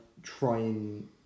Trying